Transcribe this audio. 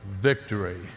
victory